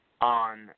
on